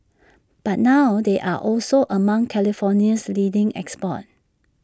but now they are also among California's leading exports